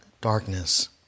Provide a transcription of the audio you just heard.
darkness